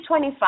25